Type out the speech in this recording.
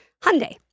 Hyundai